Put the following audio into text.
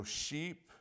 sheep